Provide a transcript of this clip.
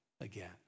again